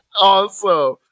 Awesome